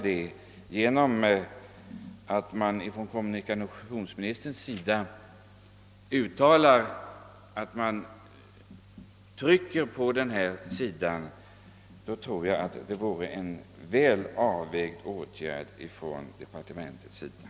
Det skulle vara en väl avvägd åtgärd av kommunikationsministern att söka lösa detta problem genom ett uttalande om att man skall trycka på den saken.